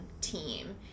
team